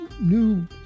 new